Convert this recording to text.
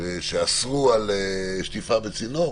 שאסרו על שטיפה בצינור,